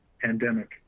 pandemic